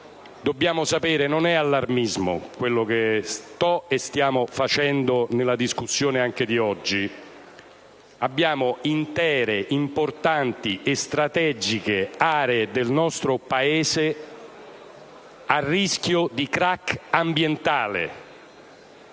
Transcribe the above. dobbiamo sapere che non è allarmismo quello che sto e che stiamo facendo nella discussione di oggi: abbiamo intere, importanti e strategiche aree del nostro Paese a rischio di crac ambientale.